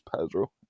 Pedro